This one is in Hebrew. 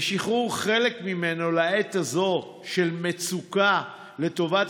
ושחרור חלק ממנו לעת הזו של מצוקה לטובת